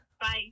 Bye